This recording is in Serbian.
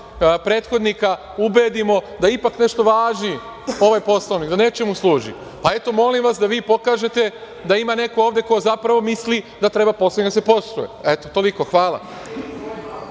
prethodnika ubedimo da ipak nešto važi ovaj Poslovnik, da nečemu služi. Molim vas da vi pokažete da ima neko ovde ko misli da treba Poslovnik da se poštuje. Toliko. Hvala.